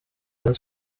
rayon